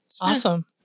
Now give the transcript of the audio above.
Awesome